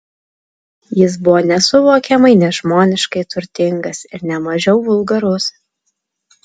jis buvo nesuvokiamai nežmoniškai turtingas ir ne mažiau vulgarus